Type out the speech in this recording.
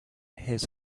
his